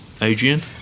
Adrian